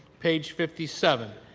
page fifty seven,